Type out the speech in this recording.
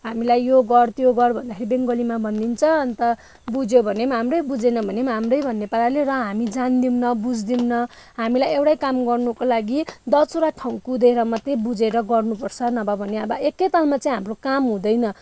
हामीलाई यो गर् त्यो गर् भनेर बेङ्गलीमा भनिदिन्छ अन्त बुझ्यो भने पनि हाम्रै बुजेन भने पनि हाम्रै भन्ने पाराले र हामी जान्दैनौँ बुझ्दैनौँ हामीलाई एउटै काम गर्नुको लागि दसवटा ठाउँ कुदेर मात्रै बुजेर गर्नुपर्छ नभए भने अब एकैतालमा चाहिँ हाम्रो काम हुँदैन